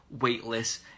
weightless